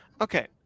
Okay